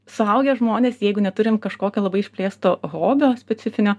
suaugę žmonės jeigu neturim kažkokio labai išplėsto hobio specifinio